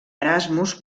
erasmus